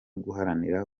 guharanira